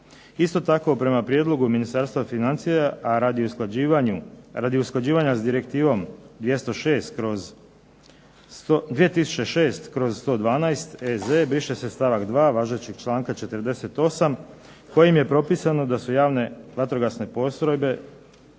Isto tako prema prijedlogu Ministarstva financija a radi usklađivanja s Direktivom 2006/112 EZ briše se stavak 2. važećeg članka 48. kojim je propisano da su javne vatrogasne postrojbe